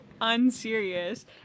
unserious